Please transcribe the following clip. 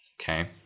Okay